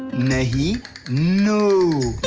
no no.